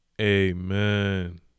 amen